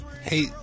Hey